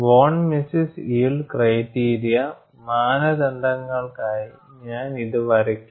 von Mises yield criteria മാനദണ്ഡങ്ങൾക്കായി ഞാൻ ഇത് വരയ്ക്കും